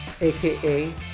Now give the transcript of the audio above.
aka